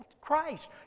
Christ